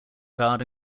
garde